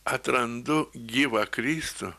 atrandu gyvą kristų